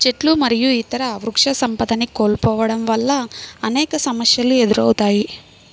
చెట్లు మరియు ఇతర వృక్షసంపదని కోల్పోవడం వల్ల అనేక సమస్యలు ఎదురవుతాయి